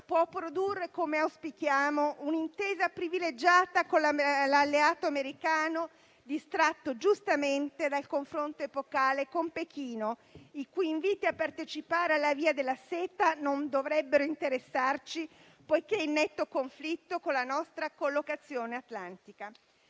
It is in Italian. può produrre, come auspichiamo, un'intesa privilegiata con l'alleato americano, distratto giustamente dal confronto epocale con Pechino, i cui inviti a partecipare alla «Via della seta» non dovrebbero interessarci poiché in netto conflitto con la nostra collocazione atlantica.